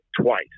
twice